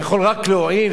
אלא יכול רק להועיל.